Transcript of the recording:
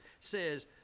says